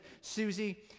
Susie